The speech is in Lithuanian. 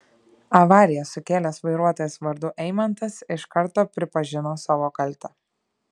avariją sukėlęs vairuotojas vardu eimantas iš karto pripažino savo kaltę